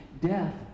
Death